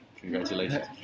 congratulations